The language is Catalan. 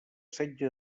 setge